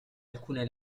alcune